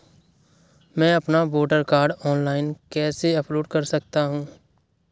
मैं अपना voter card online कैसे अपलोड कर सकता हूँ?